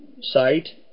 site